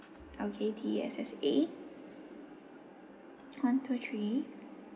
okay T E S S A one two three